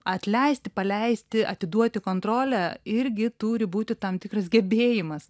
atleisti paleisti atiduoti kontrolę irgi turi būti tam tikras gebėjimas